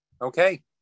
Okay